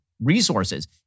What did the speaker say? resources